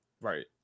right